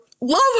love